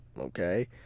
okay